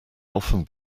often